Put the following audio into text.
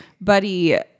Buddy